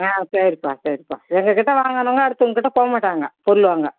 ஆ சரிப்பா சரிப்பா எங்கக்கிட்ட வாங்கினவங்க அடுத்தவங்கக்கிட்ட போக மாட்டாங்கள் பொருள் வாங்க